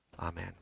Amen